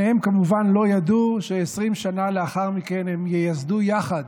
שניהם כמובן לא ידעו ש-20 שנה לאחר מכן הם ייסדו יחד